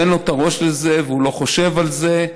אין לו ראש לזה והוא לא חושב על זה.